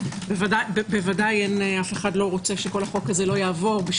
ודאי אף אחד לא רוצה שכל החוק הזה לא יעבור.